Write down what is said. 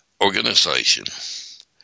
organization